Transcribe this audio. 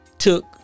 took